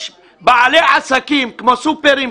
יש בעלי עסקים כמו סופרים,